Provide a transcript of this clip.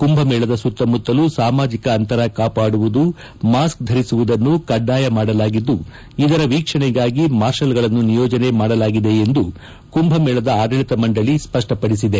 ಕುಂಭ ಮೇಳದ ಸುತ್ತಮುತ್ತಲು ಸಾಮಾಜಿಕ ಅಂತರ ಕಾಪಾಡುವುದು ಮಾಸ್ಕ್ ಧರಿಸುವುದನ್ನು ಕಡ್ಡಾಯ ಮಾಡಲಾಗಿದ್ದು ಇದರ ವೀಕ್ಷಣೆಗಾಗಿ ಮಾರ್ಷಲ್ಗಳನ್ನು ನಿಯೋಜನೆ ಮಾಡಲಾಗಿದೆ ಎಂದು ಕುಂಭ ಮೇಳದ ಆಡಳಿತ ಮಂಡಳಿ ಸ್ಪಷ್ಪಡಿಸಿದೆ